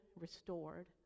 restored